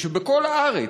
היא שבכל הארץ,